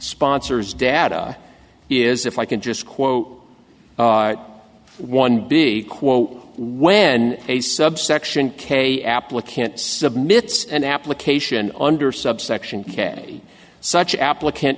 sponsors data is if i can just quote one big quote when a subsection k applicant submits an application under subsection k such applicant